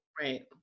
right